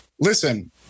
listen